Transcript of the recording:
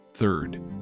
third